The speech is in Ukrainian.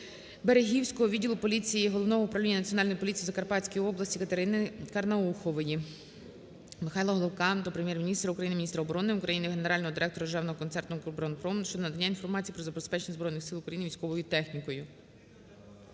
Берегівського відділу поліції Головного управління Національної поліції в Закарпатській області КатериниКарнаухової. Михайла Головка до Прем'єр-міністра України, міністра оборони України, генерального директора Державного концерну "Укроборонпром" щодо надання інформації про забезпечення Збройних Сил України військовою технікою.